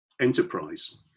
enterprise